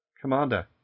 Commander